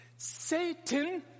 Satan